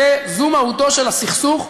זו מהותו של הסכסוך,